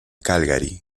calgary